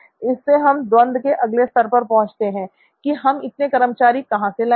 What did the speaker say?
इससे हम द्वंद के अगले स्तर पर पहुंचते हैं कि हम इतने कर्मचारी कहां से लाएंगे